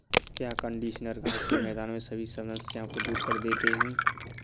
क्या कंडीशनर घास के मैदान में सभी समस्याओं को दूर कर देते हैं?